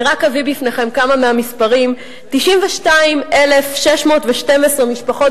אני רק אביא בפניכם כמה מהמספרים: 92,612 משפחות